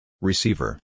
Receiver